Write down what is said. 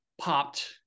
popped